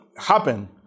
happen